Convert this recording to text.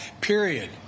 period